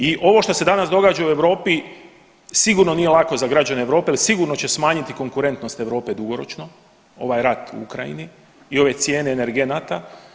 I ovo što se danas događa u Europi sigurno nije lako za građane Europe jer sigurno će smanjiti konkurentnost Europe dugoročno ovaj rat u Ukrajini i ove cijene energenata.